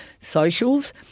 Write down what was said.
socials